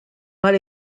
mal